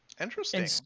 interesting